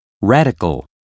Radical